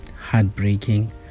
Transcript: heartbreaking